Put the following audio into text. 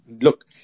look